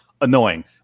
annoying